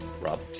Rob